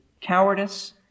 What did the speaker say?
cowardice